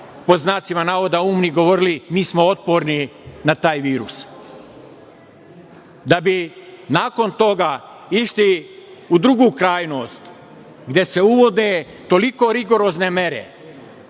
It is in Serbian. to neki „umni“ govorili – mi smo otporni na taj virus. Da bi nakon toga išli u drugu krajnost, gde se uvode toliko rigorozne mere,